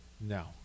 No